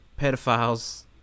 pedophiles